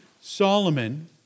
Solomon